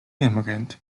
immigrant